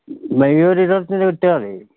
May ഒരു ഇരുപത്തഞ്ചിന് കിട്ടിയാൽ മതി